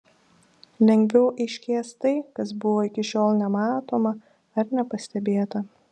lengviau aiškės tai kas buvo iki šiol nematoma ar nepastebėta